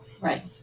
Right